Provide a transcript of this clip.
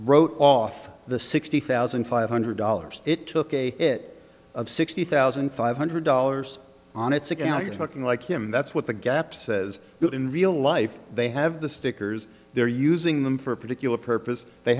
wrote off the sixty thousand five hundred dollars it took a hit of sixty thousand five hundred dollars on its account just looking like him that's what the gap says but in real life they have the stickers they're using them for a particular purpose they